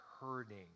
hurting